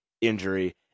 injury